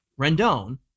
Rendon